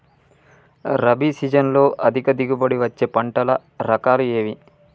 రబీ సీజన్లో అధిక దిగుబడి వచ్చే పంటల రకాలు ఏవి?